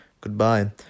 Goodbye